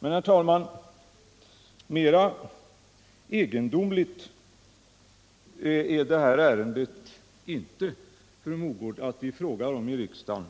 Men, herr talman, det är inte mera egendomligt att vi frågar fru Mogård om det här ärendet i riksdagen